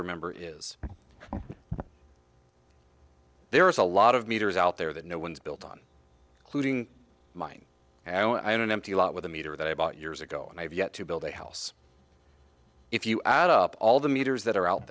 remember is there is a lot of meters out there that no one's built on cluing mine and i don't empty a lot with a meter that i bought years ago and i've yet to build a house if you add up all the meters that are out